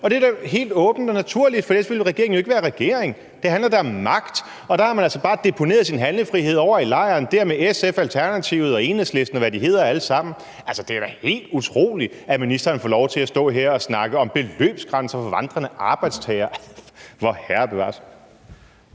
og det er helt åbent og naturligt, for ellers ville regeringen jo ikke være regering. Det handler da om magt, og der har man altså bare deponeret sin handlefrihed i lejren med SF, Alternativet og Enhedslisten, og hvad de hedder alle sammen. Altså, det er da helt utroligt, at ministeren får lov til at stå her og snakke om beløbsgrænser for vandrende arbejdstagere. Vorherre bevares.